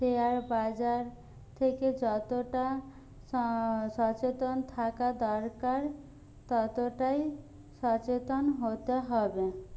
share বাজার থেকে যতটা সচেতন থাকা দরকার ততটাই সচেতন হতে হবে